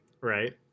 Right